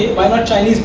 why not chinese